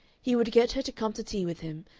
he would get her to come to tea with him,